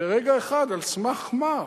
ברגע אחד, על סמך מה?